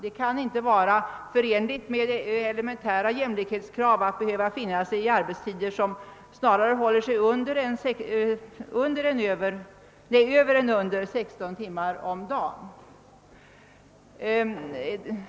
Det kan inte vara förenligt med elementära jämlikhetskrav att dessa tjänstemän skall behöva finna sig i arbetstider som snarare ligger över än under 16 timmar per dygn.